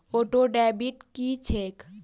Auto debit की छैक?